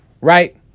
Right